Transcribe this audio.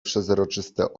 przezroczyste